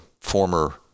former